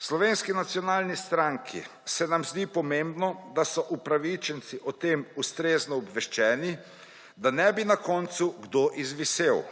V Slovenski nacionalni stranki se nam zdi pomembno, da so upravičenci o tem ustrezno obveščeni, da ne bi na koncu kdo izvisel.